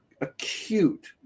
acute